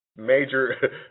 major